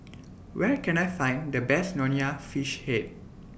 Where Can I Find The Best Nonya Fish Head